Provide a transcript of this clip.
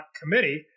committee